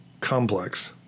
Complex